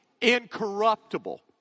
incorruptible